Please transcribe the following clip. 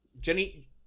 Jenny